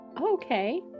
Okay